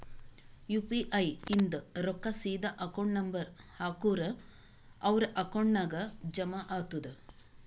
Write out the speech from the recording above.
you P I ಇಂದ್ ರೊಕ್ಕಾ ಸೀದಾ ಅಕೌಂಟ್ ನಂಬರ್ ಹಾಕೂರ್ ಅವ್ರ ಅಕೌಂಟ್ ನಾಗ್ ಜಮಾ ಆತುದ್